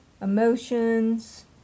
emotions